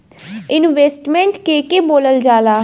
Investment के के बोलल जा ला?